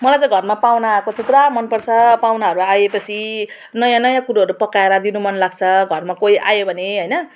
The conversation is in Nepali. मलाई चाहिँ घरमा पाहुना आएको चाहिँ पुरा मनपर्छ पाहुनाहरू आएपछि नयाँ नयाँ कुरोहरू पकाएर दिनु मनलाग्छ घरमा कोही आयो भने होइन